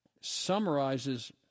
summarizes